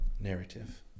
narrative